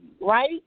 right